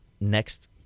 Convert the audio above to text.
next